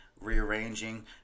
rearranging